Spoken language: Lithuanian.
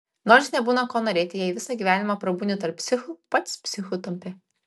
nors nebūna ko norėti jei visą gyvenimą prabūni tarp psichų pats psichu tampi